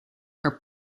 are